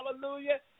hallelujah